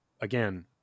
Again